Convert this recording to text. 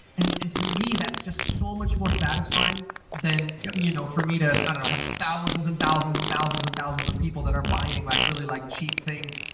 and and to me, that's just so much more satisfying then you know for me to, i don't know, to have thousands and thousands and thousands and thousands of people that are buying like, really like cheap things,